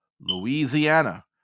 Louisiana